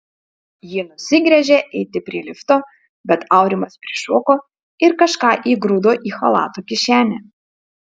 ji nusigręžė eiti prie lifto bet aurimas prišoko ir kažką įgrūdo į chalato kišenę